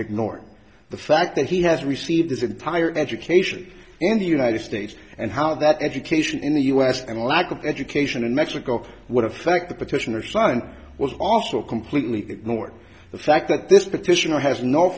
ignored the fact that he has received his entire education in the united states and how that education in the us and a lack of education in mexico would affect the petitioner son was also completely ignored the fact that this petition has no